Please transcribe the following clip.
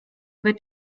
wird